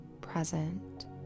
present